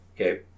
Okay